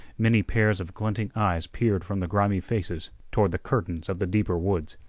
many pairs of glinting eyes peered from the grimy faces toward the curtains of the deeper woods.